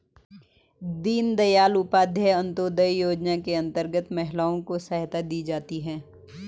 दीनदयाल उपाध्याय अंतोदय योजना के अंतर्गत महिलाओं को सहायता दी जाती है